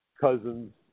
Cousins